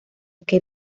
que